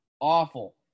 awful